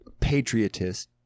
patriotist